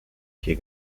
vier